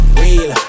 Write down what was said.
real